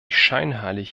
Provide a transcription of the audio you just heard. scheinheilig